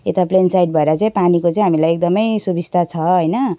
यता plain side भएर चाहिँ पानीको चाहिँ हामीलाई एकदमै सुविस्ता छ होइन